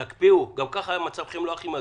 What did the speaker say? תקפיאו, גם ככה המצב לא הכי מזהיר.